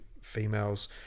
females